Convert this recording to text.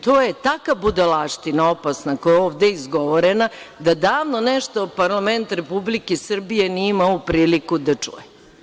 To je takva budalaština opasna koja je ovde izgovorena, da davno nešto parlament Republike Srbije nije imao priliku da čuje.